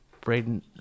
braden